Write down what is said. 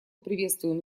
приветствуем